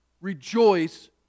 rejoice